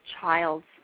child's